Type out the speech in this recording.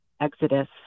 exodus